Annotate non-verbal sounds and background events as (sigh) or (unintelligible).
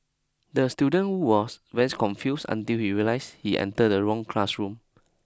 the student was (unintelligible) confused until he realised he entered the wrong classroom